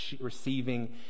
receiving